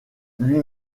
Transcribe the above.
lui